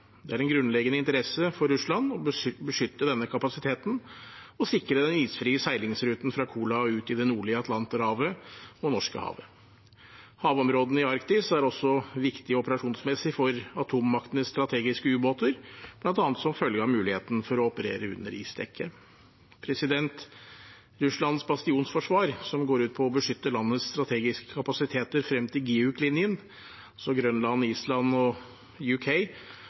Det er en grunnleggende interesse for Russland å beskytte denne kapasiteten og sikre den isfrie seilingsruten fra Kola og ut i det nordlige Atlanterhavet og Norskehavet. Havområdene i Arktis er også viktige operasjonsmessig for atommaktenes strategiske ubåter, bl.a. som følge av muligheten for å operere under isdekket. Russlands bastionforsvar, som går ut på å beskytte landets strategiske kapasiteter frem til GIUK-linjen – Grønland, Island og